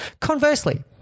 conversely